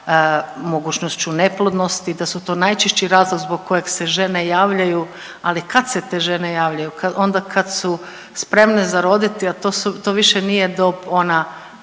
mogućnošću neplodnosti, da su to najčešći razlog zbog kojeg se žene javljaju. Ali kad se te žene javljaju? Onda kad su spremne za roditi, a to više nije dob ona